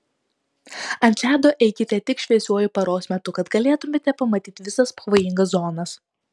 ant ledo eikite tik šviesiuoju paros metu kad galėtumėte pamatyti visas pavojingas zonas